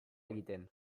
egiten